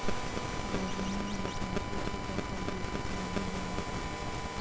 रोहिणी ने बताया कि उसे कर का उद्देश्य समझ में नहीं आता है